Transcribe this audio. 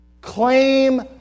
claim